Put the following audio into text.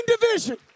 division